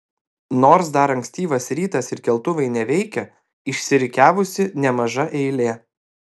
nors dar ankstyvas rytas ir keltuvai neveikia išsirikiavusi nemaža eilė